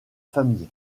famille